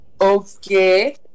Okay